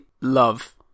love